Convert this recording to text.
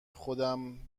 خودم